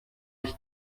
ich